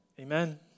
Amen